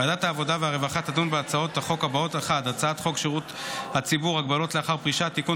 ועדת העבודה והרווחה תדון בהצעות חוק הבאות: 1. הצעת חוק שירות הציבור (הגבלות לאחר פרישה) (תיקון,